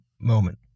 moment